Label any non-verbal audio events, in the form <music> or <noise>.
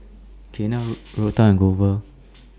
<noise> Kiana Ruthann and Glover